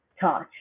touch